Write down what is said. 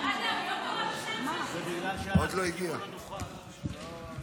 הערב פעם נוספת